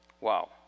Wow